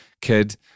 kid